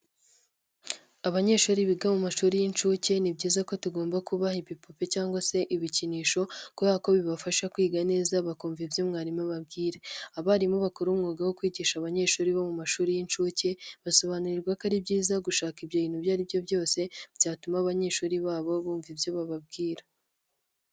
Abanyeshuri biga mu mashuri y'inshuke ni byiza ko tugomba kubaha ibipupe cyangwa se ibikinisho kubera ko bibafasha kwiga neza bakumva ibyo mwarimu ababwira. Abarimu bakora umwuga wo kwigisha abanyeshuri bo mu mashuri y'inshuke, basobanurirwa ko ari byiza gushaka ibyo bintu ibyo ari byo byose byatuma abanyeshuri babo bumva ibyo bababwira.